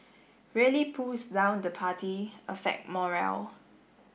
really pulls down the party affect morale